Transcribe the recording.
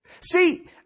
See